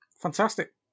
Fantastic